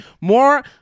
more